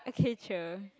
okay true